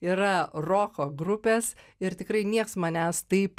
yra roko grupės ir tikrai nieks manęs taip